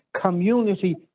community